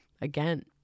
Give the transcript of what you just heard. again